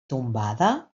tombada